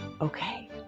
okay